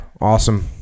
awesome